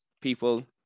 People